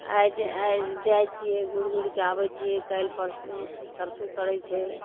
आइजे आइ जाइत छियै घुरि घुरिके आबैत छियै काल्हि परसू तरसू करैत छियै